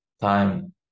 time